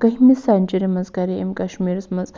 کٔہِمہِ century منٛز کرے أمۍ کَشمیٖرَس منٛز